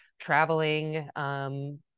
traveling